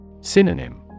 Synonym